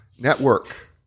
Network